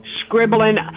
scribbling